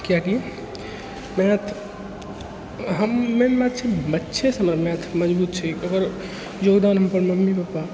किएक कि मैथ हम मेन बात छै बच्चेसँ हमर मैथ मजबूत छै तकर योगदान हमर मम्मी पपा